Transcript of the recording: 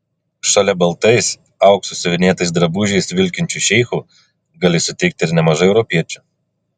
šalia baltais auksu siuvinėtais drabužiais vilkinčių šeichų gali sutikti ir nemažai europiečių